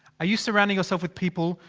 are you surrounding yourself with people.